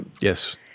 Yes